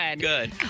good